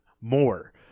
more